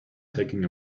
taking